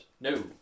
No